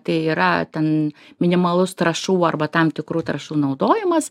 tai yra ten minimalus trąšų arba tam tikrų taršų naudojimas